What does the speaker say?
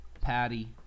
Patty